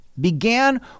began